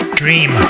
dream